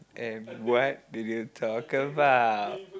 and what did you talk about